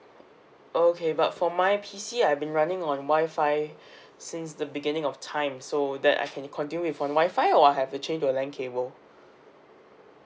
okay but for my P_C I've been running on Wi-Fi since the beginning of time so that I can continue with on Wi-Fi or I have to change to LAN cable